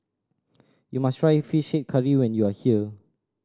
you must try Fish Head Curry when you are here